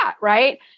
right